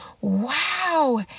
Wow